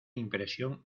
impresión